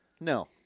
No